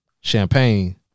champagne